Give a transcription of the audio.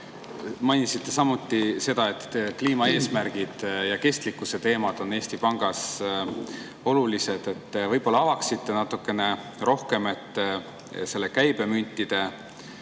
Mainisite samuti seda, et kliimaeesmärgid ja kestlikkuse teemad on Eesti Pangas olulised. Võib-olla avaksite natukene rohkem seda, milline on käibemüntide